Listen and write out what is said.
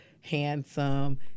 handsome